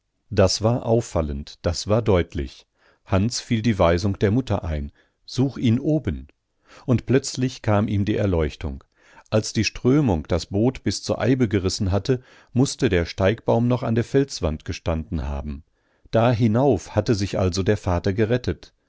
das war auffallend das war deutlich hans fiel die weisung der mutter ein such ihn oben und plötzlich kam ihm die erleuchtung als die strömung das boot bis zur eibe gerissen hatte mußte der steigbaum noch an der felswand gestanden haben da hinauf hatte sich also der vater gerettet